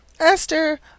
Esther